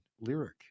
lyric